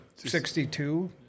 62